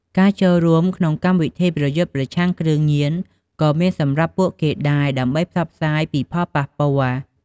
ការចូលរួមក្នុងកម្មវិធីប្រយុទ្ធប្រឆាំងគ្រឿងញៀនក៏មានសម្រាប់ពួកគេដែរ ដើម្បីផ្សព្វផ្សាយពីផលប៉ះពាល់។